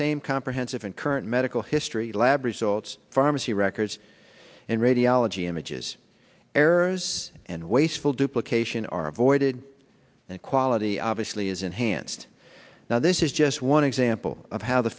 same comprehensive and current medical history lab results pharmacy records and radiology images errors and wasteful duplications are avoided the quality obviously is enhanced now this is just one example of how the